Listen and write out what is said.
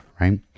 right